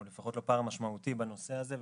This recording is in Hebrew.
או לפחות לא פער משמעותי בנושא הזה.